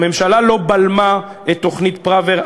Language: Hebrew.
הממשלה לא בלמה את תוכנית פראוור.